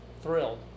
thrilled